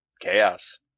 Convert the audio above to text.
chaos